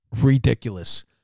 ridiculous